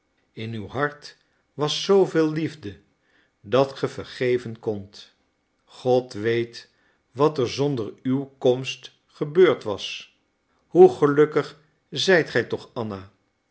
in uw hart was zooveel liefde dat ge vergeven kondt god weet wat er zonder uw komst gebeurd was hoe gelukkig zijt gij toch anna